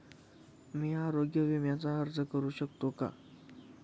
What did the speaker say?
मी आरोग्य विम्यासाठी अर्ज करू शकतो का?